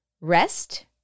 rest